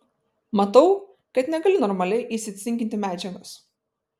matau kad negali normaliai įsicinkinti medžiagos